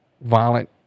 violent